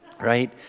right